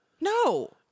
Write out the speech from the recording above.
No